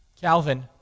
Calvin